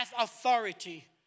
authority